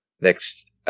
next